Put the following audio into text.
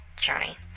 Johnny